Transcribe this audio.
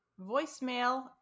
Voicemail